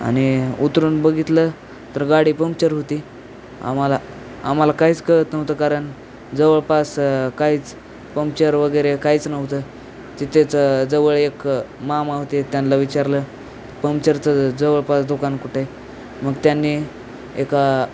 आणि उतरून बघितलं तर गाडी पंक्चर होती आम्हाला आम्हाला काहीच कळत नव्हतं कारण जवळपास काहीच पंचर वगैरे काहीच नव्हतं तिथेचं जवळ एक मामा होते त्यांना विचारलं पंक्चरचं जवळपास दुकान कुठं आहे मग त्यांनी एका